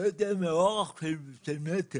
לא יודע, אולי אורך של מטר.